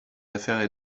affaires